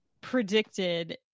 predicted